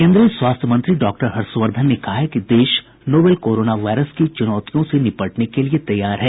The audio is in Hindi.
केन्द्रीय स्वास्थ्य मंत्री डॉक्टर हर्षवर्धन ने कहा कि देश नोवेल कोरोना वायरस की चुनौतियों से निपटने के लिए तैयार है